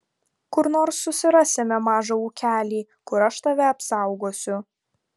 kur nors susirasime mažą ūkelį kur aš tave apsaugosiu